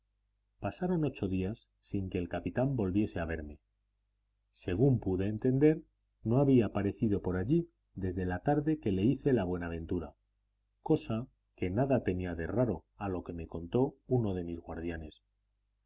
pasaron ocho días sin que el capitán volviese a verme según pude entender no había parecido por allí desde la tarde que le hice la buenaventura cosa que nada tenía de raro a lo que me contó uno de mis guardianes